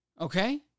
Okay